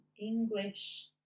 English